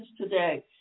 today